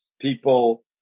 people